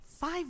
five